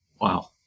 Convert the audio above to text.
Wow